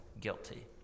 guilty